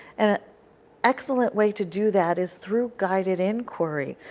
and an excellent way to do that is through guided inquiry,